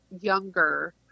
younger